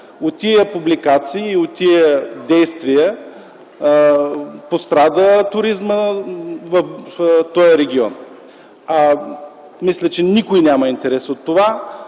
От тези публикации и от тези действия пострада туризмът в региона. Мисля, че никой няма интерес от това.